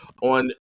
on